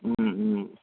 ம் ம்